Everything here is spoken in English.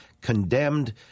condemned